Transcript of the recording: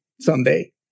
someday